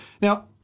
Now